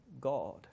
God